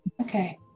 Okay